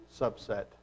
subset